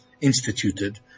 instituted